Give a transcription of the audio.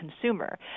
consumer